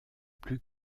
plus